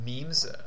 memes